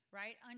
right